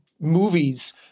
movies